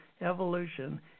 evolution